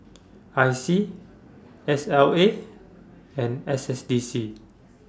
I C S L A and S S D C